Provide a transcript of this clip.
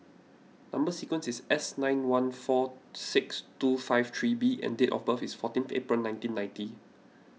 Number Sequence is S nine one four six two five three B and date of birth is fourteen April nineteen ninety